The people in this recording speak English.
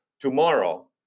tomorrow